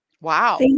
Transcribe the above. Wow